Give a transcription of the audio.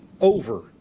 Over